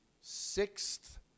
sixth